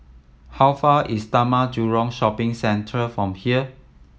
how far is Taman Jurong Shopping Centre from here